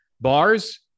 bars